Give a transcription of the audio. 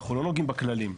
אנחנו לא נוגעים בכללים.